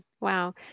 Wow